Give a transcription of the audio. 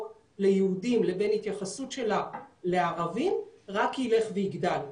ליהודים לבין ההתייחסות שלה לערבים רק יילך ויגדל.